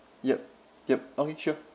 yup yup okay sure